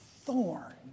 thorn